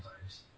times